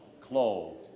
clothed